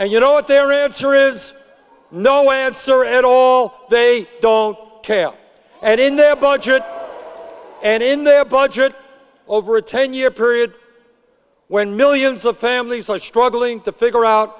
and you know it there in syria is no answer at all they don't care and in their budget the old and in their budget over a ten year period when millions of families are struggling to figure out